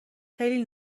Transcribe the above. خیلی